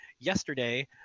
yesterday